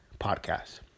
podcast